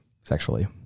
sexually